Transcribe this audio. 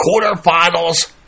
quarterfinals